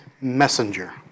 messenger